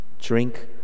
Drink